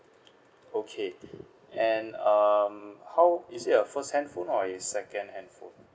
okay and um how is it your first handphone or your second handphone